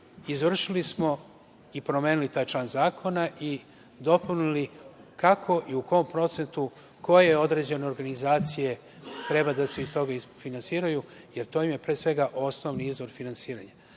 izvršili smo i promenili taj član zakona i dopunili kako i u kom procentu, koje određene organizacije treba da se iz toga finansiraju, jer to im je pre svega osnovni izvor finansiranja. Takođe,